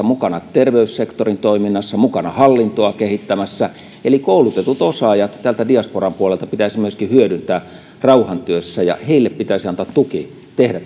mukana terveyssektorin toiminnassa mukana hallintoa kehittämässä eli koulutetut osaajat täältä diasporan puolelta pitäisi myöskin hyödyntää rauhantyössä ja heille pitäisi antaa tuki tehdä